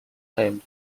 him